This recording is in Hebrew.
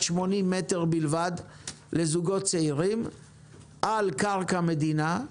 80 מ"ר בלבד לזוגות צעירים על קרקע מדינה,